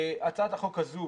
הצעת החוק הזו